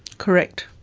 correct.